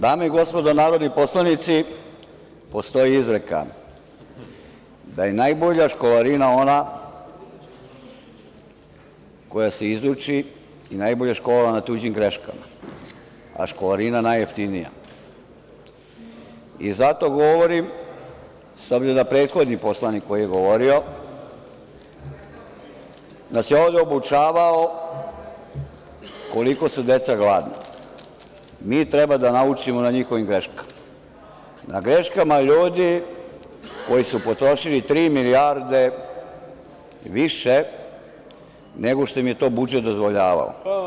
Dame i gospodo narodni poslanici, postoji izreka da je najbolja školarina ona koja se izruči i najbolja je škola na tuđim greškama, a školarina najjeftiniji i zato govorim, s obzirom da prethodni poslanik koji je govorio nas je ovde obučavao koliko su deca gladna, mi treba da naučimo na njihovim greškama, na greškama ljudi koji su potrošili tri milijarde više nego što im je to budžet dozvoljavao.